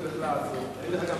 זה קיים,